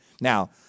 Now